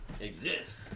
exist